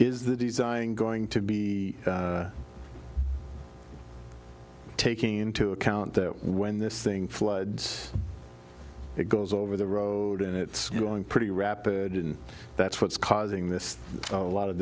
is that he's dying going to be taking into account that when this thing floods it goes over the road and it's going pretty rapid and that's what's causing this a lot of